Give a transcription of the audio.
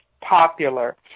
popular